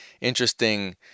interesting